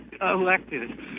elected